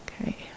okay